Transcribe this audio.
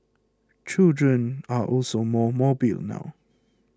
children are also more mobile now